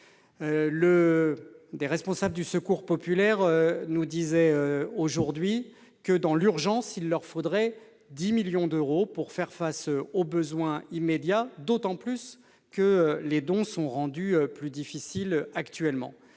Les responsables du Secours populaire nous disaient aujourd'hui qu'il leur faudrait en urgence 10 millions d'euros pour faire face aux besoins immédiats, d'autant plus que les dons sont rendus plus difficiles actuellement.